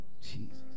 Jesus